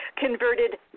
converted